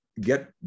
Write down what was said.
get